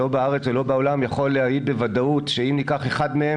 לא בארץ ולא בעולם יכול להעיד בוודאות שאם ניקח אחד מהם